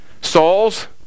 Saul's